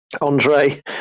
andre